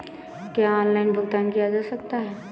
क्या ऑनलाइन भुगतान किया जा सकता है?